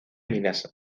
minas